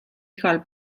igal